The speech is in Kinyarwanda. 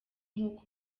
nk’uko